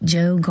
Joe